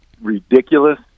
ridiculous